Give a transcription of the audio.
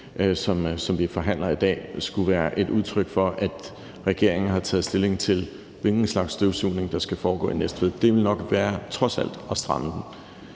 som vi forhandler i dag, skulle være et udtryk for, at regeringen har taget stilling til, hvilken slags støvsugning der skal foregå i Næstved, ville trods alt nok være at stramme den.